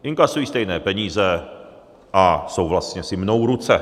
Inkasují stejné peníze a vlastně si mnou ruce.